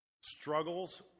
struggles